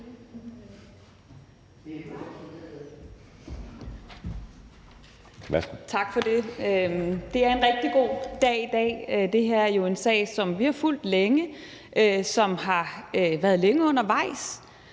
Tak for det. Det er en rigtig god dag i dag. Det her er jo en sag, som vi har fulgt længe, som har været længe undervejs.